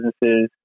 businesses